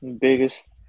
Biggest